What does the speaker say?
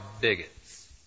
bigots